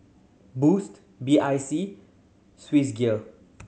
Boost B I C Swissgear